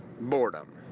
Boredom